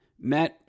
met